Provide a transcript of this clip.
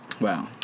Wow